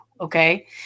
okay